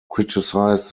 criticised